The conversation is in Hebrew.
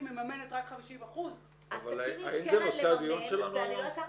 מממנת רק 50%. האם זה נושא הדיון שלנו היום?